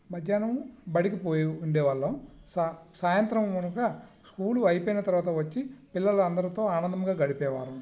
మధ్యాహ్నం బడికి పోయి ఉండే వాళ్ళం స సాయంత్రం కనుక స్కూలు అయిపోయిన తరువాత వచ్చి పిల్లల అందరితో ఆనందంగా గడిపే వాళ్ళం